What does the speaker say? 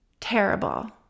Terrible